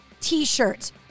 t-shirts